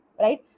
Right